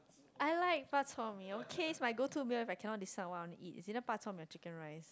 I like bak-chor-mee okay it's my go to meal if I cannot decide what I want to eat it's either bak-chor-mee or chicken rice